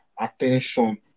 attention